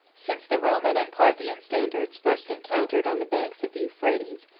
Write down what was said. since the roman and parthian standards first encountered on the banks of the euphrates,